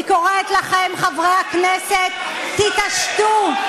אני קוראת לכם, חברי הכנסת, תתעשתו,